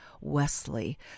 Wesley